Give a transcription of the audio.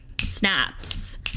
Snaps